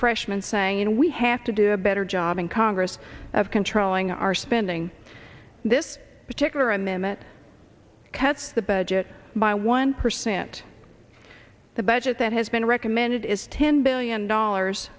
freshman saying we have to do a better job in congress of controlling our spending this particular a minute cut the budget by one percent the budget that has been recommended is ten billion dollars